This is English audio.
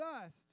dust